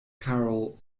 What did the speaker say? carl